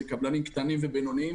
שאלה קבלנים קטנים ובינוניים